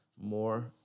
more